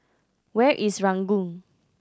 where is Ranggung